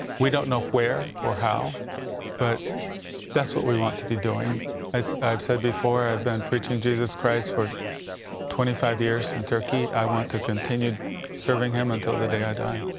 we don't know where or how but that's what we want to be doing as i've said before then pretend jesus christ for twenty five years in turkey, i want to continue serving him until the day i die.